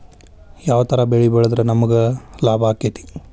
ಯಾವ ತರ ಬೆಳಿ ಬೆಳೆದ್ರ ನಮ್ಗ ಲಾಭ ಆಕ್ಕೆತಿ?